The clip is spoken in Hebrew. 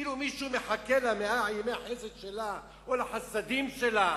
כאילו מישהו מחכה למאה ימי החסד שלה או לחסדים שלה?